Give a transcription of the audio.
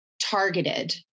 targeted